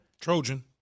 Trojan